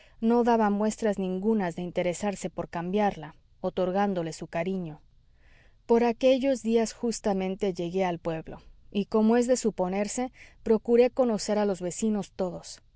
no daba muestras ningunas de interesarse por cambiarla otorgándole su cariño por aquellos días justamente llegué al pueblo y como es de suponerse procuré conocer a los vecinos todos